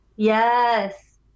yes